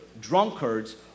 drunkards